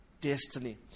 destiny